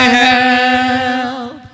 help